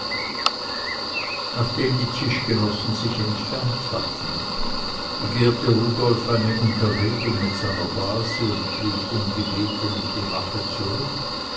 nachdem die tischgenossen sich entfernt hatten begehrte rudolf eine unterredung mit seiner base und blieb ungebeten im gemache zurück